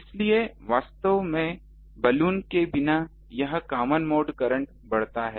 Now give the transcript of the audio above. इसलिए वास्तव में बलून के बिना यह कॉमन मोड करंट बढ़ता है